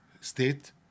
state